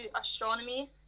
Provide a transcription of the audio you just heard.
astronomy